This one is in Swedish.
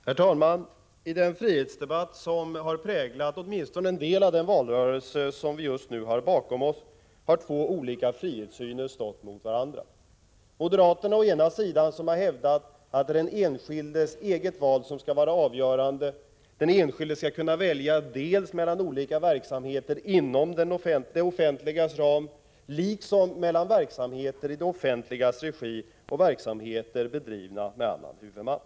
Herr talman! I den frihetsdebatt som har präglat åtminstone en del av den valrörelse som vi nu har bakom oss har två olika frihetssyner stått mot varandra. Å ena sidan har moderaterna hävdat att det är den enskildes eget val som skall vara avgörande. Den enskilde skall kunna välja dels mellan olika verksamheter inom det offentligas ram, dels mellan verksamheter i det offentligas regi och verksamheter bedrivna med annan huvudman.